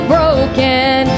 broken